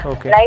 Okay